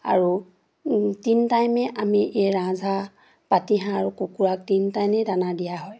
আৰু তিনি টাইমেই আমি এই ৰাজহাঁহ পাতিহাঁহ আৰু কুকুৰাক তিনি টাইমেই দানা দিয়া হয়